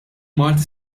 malti